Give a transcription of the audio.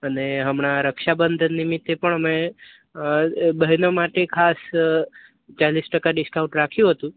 અને હમણા રક્ષણબંધન નિમિત્તે પણ અમે બહેનો માટે ખાસ ચાલીસ ટકા ડિસ્કાઉન્ટ રાખ્યું હતું